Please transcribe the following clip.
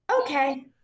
okay